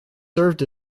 served